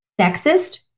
sexist